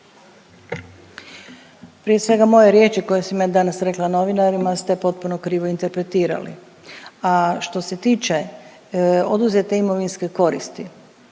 Prije svega, moje riječi koje sam danas rekla novinarima ste potpuno krivo interpretirali, a što se tiče oduzete imovinske koristi,